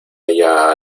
ella